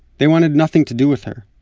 they wanted nothing to do with her.